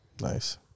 Nice